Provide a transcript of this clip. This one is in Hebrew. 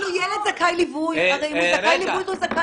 מישהו צריך לממן את זה, שאין אותו.